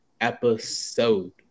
episode